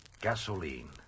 Gasoline